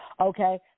Okay